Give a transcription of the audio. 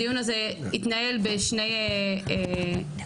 הדיון הזה יתנהל בשני מישורים,